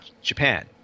Japan